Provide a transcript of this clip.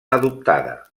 adoptada